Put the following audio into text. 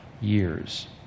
years